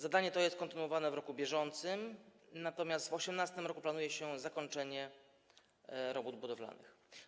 Zadanie to jest kontynuowane w roku bieżącym, natomiast w 2018 r. planuje się zakończenie robót budowlanych.